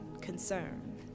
concern